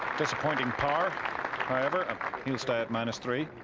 disappointing par however stay at minus three.